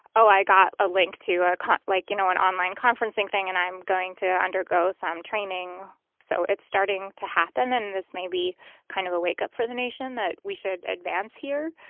oh, i got a link to a cot like, you know, an online conferencing thing and i'm going to undergo some training. so it's starting to happen. and this may be kind of a wakeup for the nation that we should advance here.